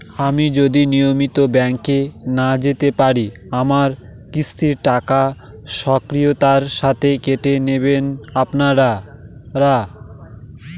আমি যদি নিয়মিত ব্যংকে না যেতে পারি আমার কিস্তির টাকা স্বকীয়তার সাথে কেটে নেবেন আপনারা?